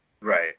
Right